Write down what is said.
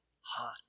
Hot